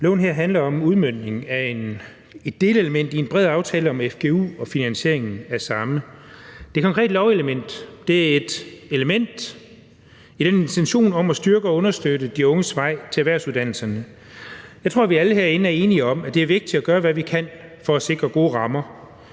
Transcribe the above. her handler om udmøntningen af et delelement i en bred aftale om fgu og finansieringen af samme. Det konkrete lovforslag er et element i intentionen om at styrke og understøtte de unges vej til erhvervsuddannelserne. Jeg tror, at vi alle herinde er enige om, at det er vigtigt at gøre, hvad vi kan, for at sikre gode rammer.